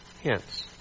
Hence